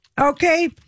Okay